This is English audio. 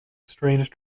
strange